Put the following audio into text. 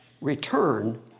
return